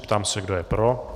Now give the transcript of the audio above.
Ptám se, kdo je pro.